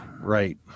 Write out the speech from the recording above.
Right